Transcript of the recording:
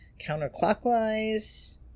counterclockwise